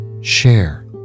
Share